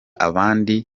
abandi